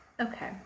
okay